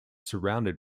surrounded